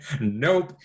nope